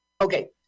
Okay